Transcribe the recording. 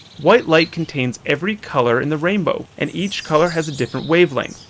white light contains every colour in the rainbow and each colour has a different wavelength.